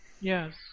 Yes